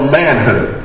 manhood